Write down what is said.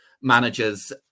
managers